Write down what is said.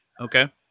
Okay